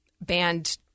banned